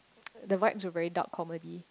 the vibes were very dark comedy